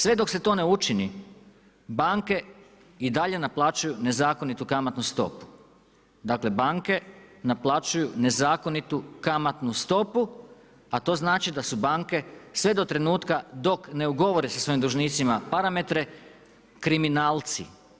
Sve dok se to ne učini, banke i dalje naplaćuju nezakonitu kamatnu stopu, dakle banke naplaćuju nezakonitu kamatnu stopu, a to znači da su banke sve do trenutka dok ne ugovore sa svojim dužnicima parametre kriminalci.